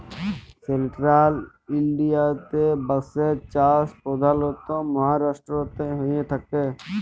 central ইলডিয়াতে বাঁশের চাষ পধালত মাহারাষ্ট্রতেই হঁয়ে থ্যাকে